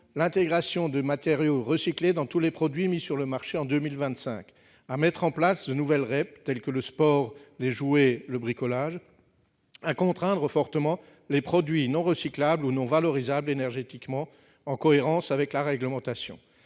l'intégration de matériaux recyclés dans tous les produits mis sur le marché en 2025, à mettre en place, nouvelles REP, tels que le sport n'est joué, le bricolage à contraindre fortement les produits non recyclables ou non valorisables énergétiquement en cohérence avec la réglementation,